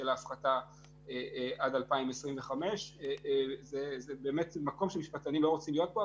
ההפחתה עד 2025. זה באמת מקום שמשפטנים לא רוצים להיות בו,